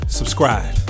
subscribe